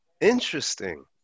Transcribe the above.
interesting